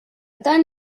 tant